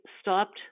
stopped